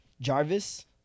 Jarvis